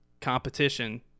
competition